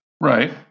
Right